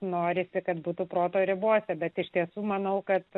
norisi kad būtų proto ribose bet iš tiesų manau kad